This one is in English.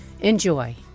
Enjoy